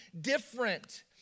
different